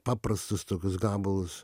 paprastus tokius gabalus